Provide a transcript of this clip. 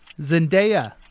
Zendaya